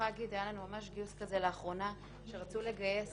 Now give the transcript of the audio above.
היה לנו ממש לאחרונה גיוס כזה, שרצו לגייס